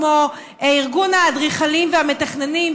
כמו ארגון האדריכלים והמתכננים,